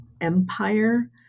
empire